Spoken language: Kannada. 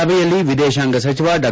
ಸಭೆಯಲ್ಲಿ ವಿದೇಶಾಂಗ ಸಚಿವ ಡಾ